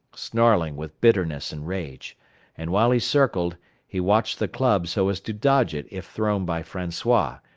snarling with bitterness and rage and while he circled he watched the club so as to dodge it if thrown by francois,